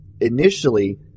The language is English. initially